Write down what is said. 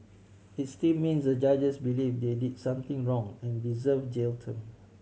it still means the judges believe they did something wrong and deserve jail term